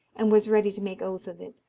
and was ready to make oath of it.